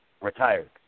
Retired